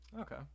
okay